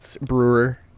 brewer